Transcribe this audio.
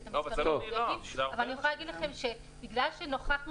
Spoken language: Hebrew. אני רק יכולה להגיד לכם שבגלל שנוכחנו